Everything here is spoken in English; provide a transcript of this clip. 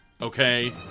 Okay